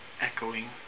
echoing